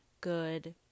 good